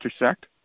intersect